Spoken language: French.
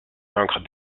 vaincre